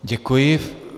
Děkuji.